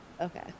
Okay